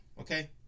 Okay